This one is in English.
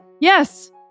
Yes